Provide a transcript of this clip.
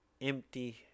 empty